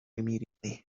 immediately